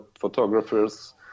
photographers